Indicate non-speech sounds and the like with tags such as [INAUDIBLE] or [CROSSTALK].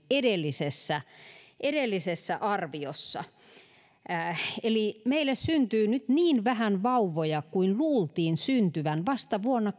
edellisessä edellisessä arviossa arvioitiin meille syntyy nyt niin vähän vauvoja kuin luultiin syntyvän vasta vuonna [UNINTELLIGIBLE]